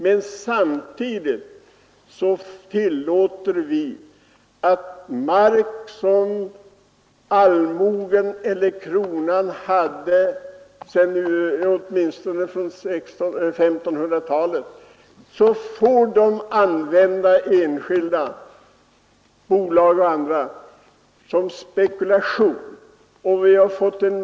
Mark, som kronan eller allmogen ägt åtminstone från eller före 1500-talet, tillåter vi enskilda och bolag att använda för spekulation.